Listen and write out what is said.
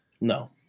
No